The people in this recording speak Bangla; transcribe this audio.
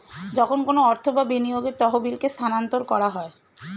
যখন কোনো অর্থ বা বিনিয়োগের তহবিলকে স্থানান্তর করা হয়